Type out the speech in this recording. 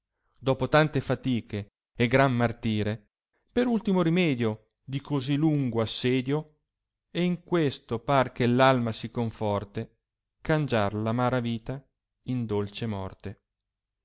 dopo tante fatiche e gran martire per ultimo rimedio di cosi lungo assedio e in questo par che l alma si conforte cangiar la amara vita in dolce morte